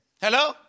Hello